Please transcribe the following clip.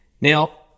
Now